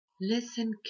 Listen